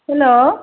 hello